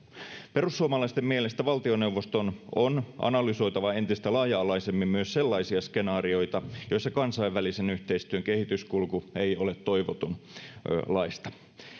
perussuomalaisten mielestä valtioneuvoston on analysoitava entistä laaja alaisemmin myös sellaisia skenaarioita joissa kansainvälisen yhteistyön kehityskulku ei ole toivotunlaista